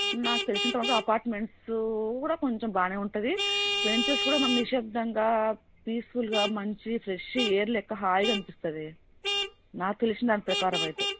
నాకు తెలిసినంత వరకు అపార్ట్మెంట్సు కూడా కొంచెం బాగానే ఉంటుంది వెంచర్స్ కూడా మనం నిశ్శబ్దంగా పీస్ ఫుల్గా మంచి ఫ్రెష్ ఎయిర్ లెక్క హాయిగా అనిపిస్తుంది నాకు తెలిసిన ప్రకారం అయితే